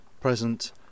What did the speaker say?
present